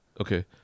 Okay